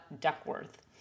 Duckworth